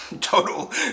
Total